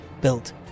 built